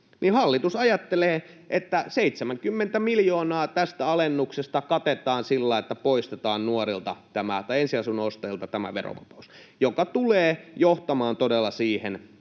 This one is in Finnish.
onkin — hallitus ajattelee, että 70 miljoonaa tästä alennuksesta katetaan sillä, että poistetaan ensiasunnon ostajilta tämä verovapaus — joka tulee johtamaan todella siihen,